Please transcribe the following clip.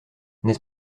n’est